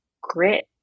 grit